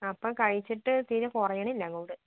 അപ്പോൾ കഴിച്ചിട്ട് തീരെ കുറയണില്ല അങ്ങോട്ട്